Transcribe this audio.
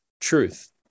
truth